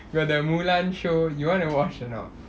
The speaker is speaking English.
got the mulan show you want to watch or not